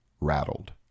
rattled